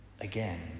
again